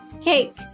cake